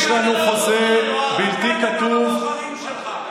יש לנו חוזה בלתי כתוב, בגדת בבוחרים שלך.